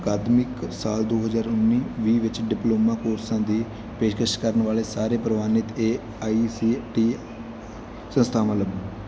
ਅਕਾਦਮਿਕ ਸਾਲ ਦੋ ਹਜ਼ਾਰ ਉੱਨੀ ਵੀਹ ਵਿੱਚ ਡਿਪਲੋਮਾ ਕੋਰਸਾਂ ਦੀ ਪੇਸ਼ਕਸ਼ ਕਰਨ ਵਾਲੇ ਸਾਰੇ ਪ੍ਰਵਾਨਿਤ ਏ ਆਈ ਸੀ ਟੀ ਸੰਸਥਾਵਾਂ ਲੱਭੋ